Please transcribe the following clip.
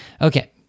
Okay